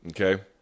okay